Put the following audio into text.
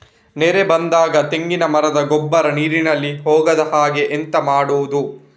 ನೆರೆ ಬಂದಾಗ ತೆಂಗಿನ ಮರದ ಗೊಬ್ಬರ ನೀರಿನಲ್ಲಿ ಹೋಗದ ಹಾಗೆ ಎಂತ ಮಾಡೋದು?